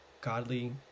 godly